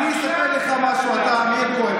עכשיו, אני אספר לך משהו, מאיר כהן.